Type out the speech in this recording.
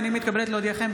הינני מתכבדת להודיעכם,